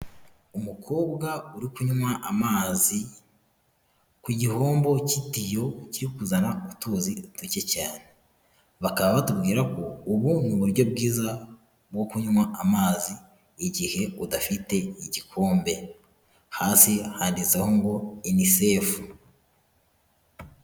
Umukobwa uri kunywa amazi ku gihombo cy'itiyo kiri kuzana utuzi duke cyane, bakaba batubwira ko ubu ni uburyo bwiza bwo kunywa amazi igihe udafite igikombe, hasi handitseho ngo UNICEF.